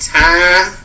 time